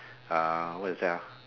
uh what is that ah